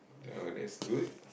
oh that's good